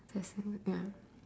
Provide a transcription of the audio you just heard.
testing ya